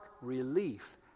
relief